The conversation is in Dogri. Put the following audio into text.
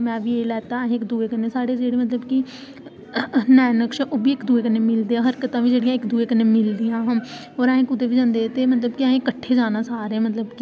बड़ा मजा आया मतलब खेलने आस्तै अस घर बी बहुत सारी बड़ा सारा खेलदे हे सारे बच्चे किट्ठे करियै असें खेलना मतलब मिगी बड़ा इंटरेस्ट ऐ खेलने च